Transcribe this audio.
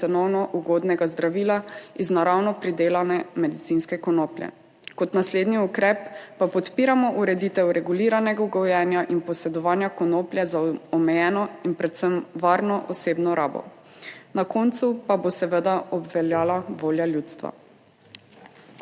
cenovno ugodnega zdravila iz naravno pridelane medicinske konoplje. Kot naslednji ukrep pa podpiramo ureditev reguliranega gojenja in posedovanja konoplje za omejeno in predvsem varno osebno rabo. Na koncu pa bo seveda obveljala volja ljudstva.